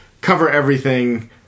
cover-everything